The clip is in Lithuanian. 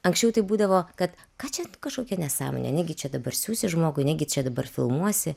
anksčiau tai būdavo kad ką čia kažkokia nesąmonė negi čia dabar siųsi žmogui negi čia dabar filmuosi